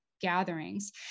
gatherings